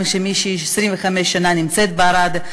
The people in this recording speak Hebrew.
גם כמי שנמצאת בערד 25 שנה,